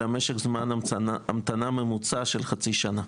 אלא משך זמן המתנה ממוצע של חצי שנה,